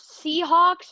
Seahawks